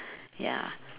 ya